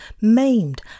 maimed